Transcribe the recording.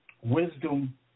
wisdom